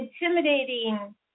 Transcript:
intimidating